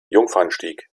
jungfernstieg